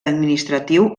administratiu